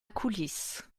coulisse